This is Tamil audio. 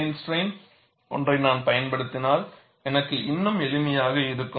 பிளேன் ஸ்ட்ரைன் ஒன்றை நான் பயன்படுத்தினால் எனக்கு இன்னும் எளிமையாக இருக்கும்